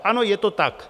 Ano, je to tak.